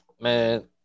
Man